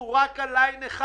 הוא רק על ליין אחד.